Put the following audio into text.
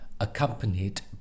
accompanied